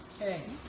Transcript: okay